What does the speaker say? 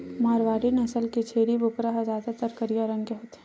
मारवारी नसल के छेरी बोकरा ह जादातर करिया रंग के होथे